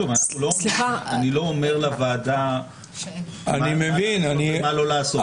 שוב, אני לא אומר לוועדה מה לעשות ומה לא לעשות.